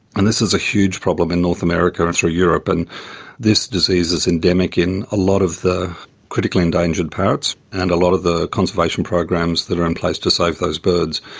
and this is a huge problem in north america and through europe. and this disease is endemic in a lot of the critically endangered parrots and a lot of the conservation programs that are in place to save those birds.